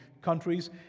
countries